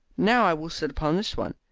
now i will sit upon this one,